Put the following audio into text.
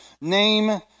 Name